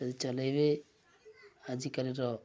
ଯଦି ଚଲେଇବେ ଆଜିକାଲିର